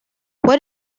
what